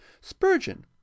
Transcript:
spurgeon